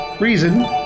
reason